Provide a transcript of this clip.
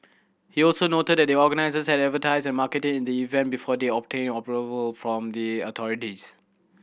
he also noted that the organisers had advertised and marketed the event before they obtained approval from the authorities